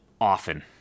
often